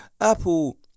Apple